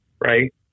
right